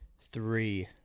three